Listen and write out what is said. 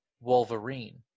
Wolverine